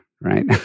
right